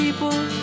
People